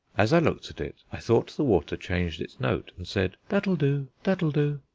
as i looked at it i thought the water changed its note and said, that'll do, that'll do.